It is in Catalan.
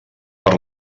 per